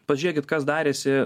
pažiūrėkit kas darėsi